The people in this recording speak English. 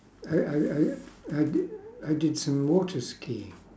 I I I I did I did some water skiing